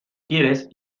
quieres